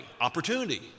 opportunity